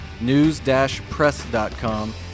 news-press.com